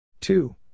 Two